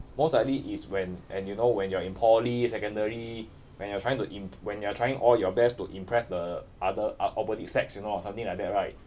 most likely is when when you know when you are in poly secondary when you are trying to imp~ when you are trying all your best to impress the other uh opposite sex you know or something like that right